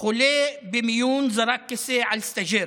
חולה במיון זרק כיסא על סטז'ר,